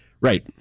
right